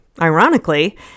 ironically